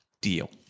deal